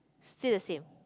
still the same